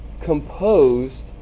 composed